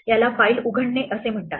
याला फाईल उघडणे म्हणतात